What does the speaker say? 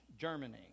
Germany